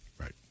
Right